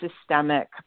systemic